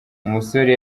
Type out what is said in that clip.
umusore